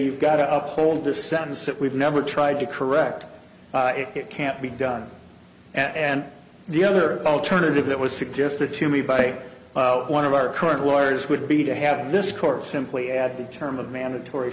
save got up hold the sense that we've never tried to correct it can't be done and the other alternative that was suggested to me by one of our current lawyers would be to have this court simply add the term of mandatory